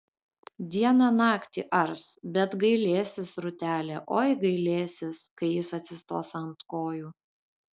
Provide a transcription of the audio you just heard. dieną naktį ars bet gailėsis rūtelė oi gailėsis kai jis atsistos ant kojų